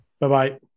Bye-bye